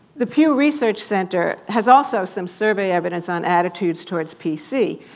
the pew research center has also some survey evidence on attitudes towards p c.